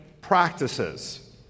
practices